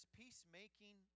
peacemaking